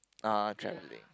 uh travelling